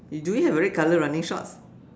you do we have a red colour running shorts